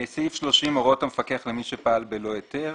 30.הוראות המפקח למי שפעל בלא היתר